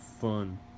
fun